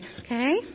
okay